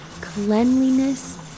cleanliness